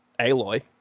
Aloy